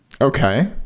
Okay